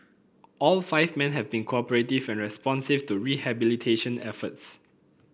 all five men have been cooperative and responsive to rehabilitation efforts